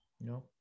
No